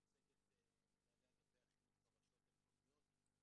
אני מייצג את מנהלי אגפי החינוך ברשויות המקומיות.